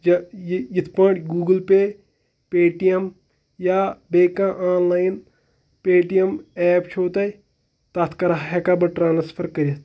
جہٕ یہِ یِتھ پٲٹھۍ Google pay Paytm یا بیٚیہِ کانٛہہ online Paytm app چھُو تۄہہِ تَتھ کَر ہٮ۪کا بہٕ ٹرٛانٕسفَر کٔرِتھ